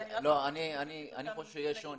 לא, אני חושב שיש שוני.